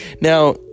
Now